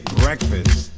breakfast